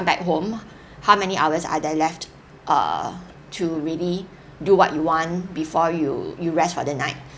back home how many hours are there left err to really do what you want before you you rest for the night